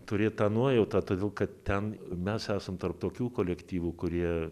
turėt tą nuojautą todėl kad ten mes esam tarp tokių kolektyvų kurie